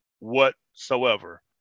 whatsoever